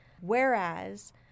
whereas